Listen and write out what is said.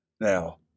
Now